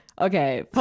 okay